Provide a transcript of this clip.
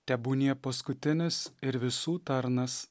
tebūnie paskutinis ir visų tarnas